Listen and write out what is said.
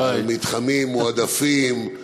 על מתחמים מועדפים,